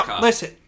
Listen